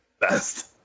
best